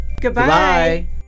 goodbye